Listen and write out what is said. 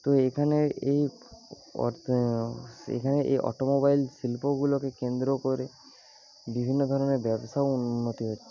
তো এখানে এই অটোমোবাইল শিল্প গুলোকে কেন্দ্র করে বিভিন্ন ধরণের ব্যাবসার উন্নতি হচ্ছে